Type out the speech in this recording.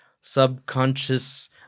subconscious